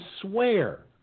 swear